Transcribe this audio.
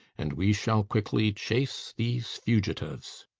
and we shall quickly chase these fugitives.